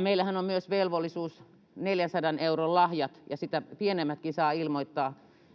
meillähän on myös velvollisuus ilmoittaa 400 euron lahjat, ja sitä pienemmätkin saa ilmoittaa,